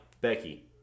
Becky